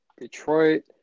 Detroit